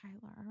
Tyler